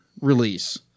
release